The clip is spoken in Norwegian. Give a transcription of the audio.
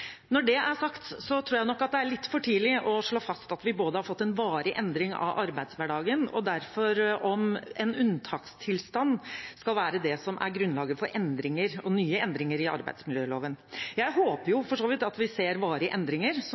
Når det er sagt, tror jeg nok at det er litt for tidlig å slå fast at vi har fått en varig endring av arbeidshverdagen, og derfor om en unntakstilstand skal være det som er grunnlaget for nye endringer i arbeidsmiljøloven. Jeg håper for så vidt at vi ser varige endringer, som